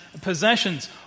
possessions